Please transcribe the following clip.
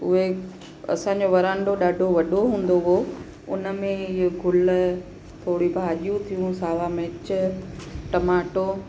उहे असांजो वरांडो ॾाढो वॾो हूंदो हुओ उन में इहो गुल थोरी भाॼियूं थियूं सावा मिर्च टमाटो